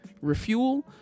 refuel